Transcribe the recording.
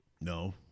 No